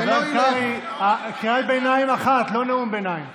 קרעי, קריאת ביניים אחת, לא נאום ביניים.